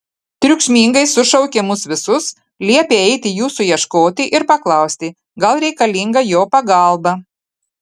triukšmingai sušaukė mus visus liepė eiti jūsų ieškoti ir paklausti gal reikalinga jo pagalba